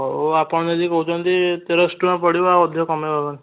ହଉ ଆପଣ ଯଦି କହୁଚନ୍ତି ତେରଶହ ଟଙ୍କା ପଡ଼ିବ ଆଉ ଅଧିକ କମେଇ ହେବନି